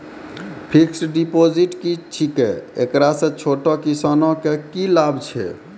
Fixed deposit की छिकै, एकरा से छोटो किसानों के की लाभ छै?